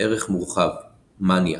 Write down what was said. ערך מורחב – מאניה